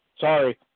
Sorry